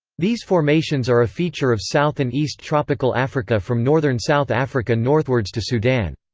these formations are a feature of south and east tropical africa from northern south africa northwards to sudan.